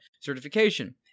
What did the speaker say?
certification